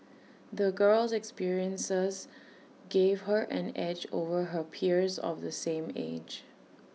the girl's experiences gave her an edge over her peers of the same age